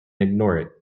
ignore